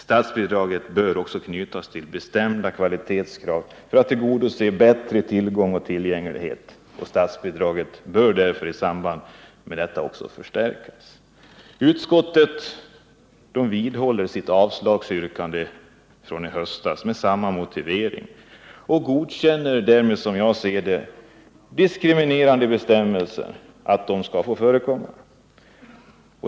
Statsbidraget bör också knytas till bestämda kvalitetskrav för att tillgodose bättre tillgång och tillgänglighet. I samband därmed bör statsbidraget också förstärkas. Utskottet vidhåller sitt avstyrkande från i höstas med samma motivering och godkänner därmed, som jag ser det, att diskriminerande bestämmelser skall få förekomma.